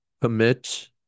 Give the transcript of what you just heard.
commit